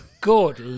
good